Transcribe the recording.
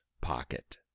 pocket